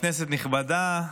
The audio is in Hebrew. כנסת נכבדה,